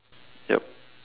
yup